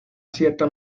cierta